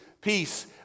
peace